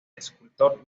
escultor